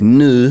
nu